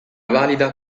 valida